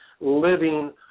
living